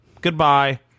Goodbye